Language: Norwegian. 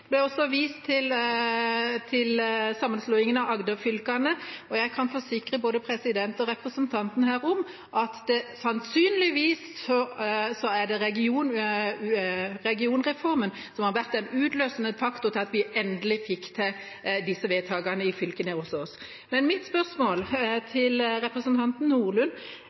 Det ble også vist til sammenslåingen av Agder-fylkene, og jeg kan forsikre både presidenten og representanten her om at sannsynligvis er det regionreformen som har vært den utløsende faktor for at vi endelig fikk til disse vedtakene i fylket nede hos oss. Men mitt spørsmål til representanten Nordlund